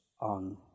on